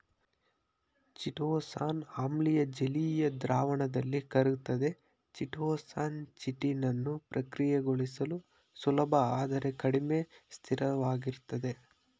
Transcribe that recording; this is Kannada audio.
ಚಿಟೋಸಾನ್ ಆಮ್ಲೀಯ ಜಲೀಯ ದ್ರಾವಣದಲ್ಲಿ ಕರಗ್ತದೆ ಚಿಟೋಸಾನ್ ಚಿಟಿನನ್ನು ಪ್ರಕ್ರಿಯೆಗೊಳಿಸಲು ಸುಲಭ ಆದರೆ ಕಡಿಮೆ ಸ್ಥಿರವಾಗಿರ್ತದೆ